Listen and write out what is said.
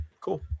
Cool